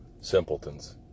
simpletons